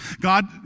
God